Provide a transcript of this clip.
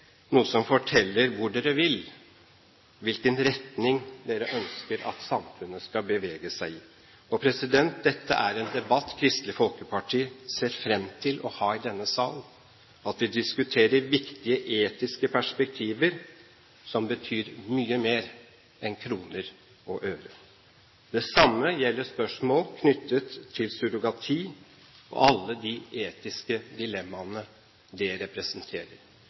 noe mer, noe som forteller hvor de vil, hvilken retning de ønsker at samfunnet skal bevege seg i. Dette er en debatt Kristelig Folkeparti ser fram til å ha i denne sal, at vi diskuterer viktige etiske perspektiver som betyr mye mer enn kroner og øre. Det samme gjelder spørsmål knyttet til surrogati og alle de etiske dilemmaene det representerer.